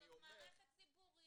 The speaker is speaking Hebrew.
זאת מערכת ציבורית.